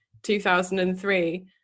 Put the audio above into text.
2003